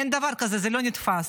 אין דבר כזה, זה לא נתפס.